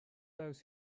those